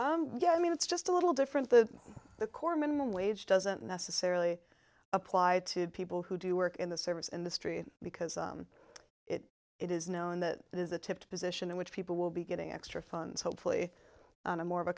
again yeah i mean it's just a little different that the core minimum wage doesn't necessarily apply to people who do work in the service industry because it it is known that it is a tipped position in which people will be getting extra funds hopefully on a more of a